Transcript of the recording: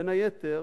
בין היתר